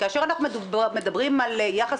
כאשר אנחנו מדברים על יחס